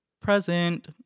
Present